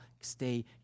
stay